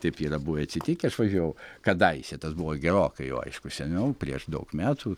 taip yra buvę atsitikę aš važiavau kadaise tas buvo gerokai jau aišku seniau prieš daug metų